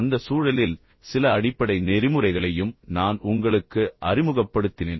அந்த சூழலில் சில அடிப்படை நெறிமுறைகளையும் நான் உங்களுக்கு அறிமுகப்படுத்தினேன்